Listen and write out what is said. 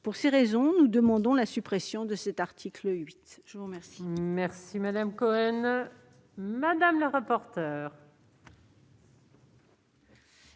toutes ces raisons, nous demandons la suppression de l'article 8.